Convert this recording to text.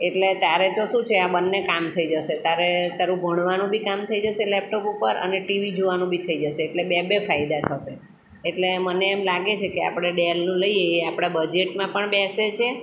એટલે તારે તો શું છે આ બંને કામ થઈ જશે તારે તારું ભણવાનું બી કામ થઈ જશે લેપટોપ ઉપર અને ટીવી જોવાનું બી થઈ જશે એટલે બે બે ફાયદા થશે એટલે મને એમ લાગે છે કે આપણે ડેલનું લઈએ એ આપણાં બજેટમાં પણ બેસે છે